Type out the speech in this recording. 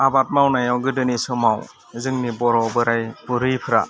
आबाद मावनायाव गोदोनि समाव जोंनि बर' बोराय बुरिफ्रा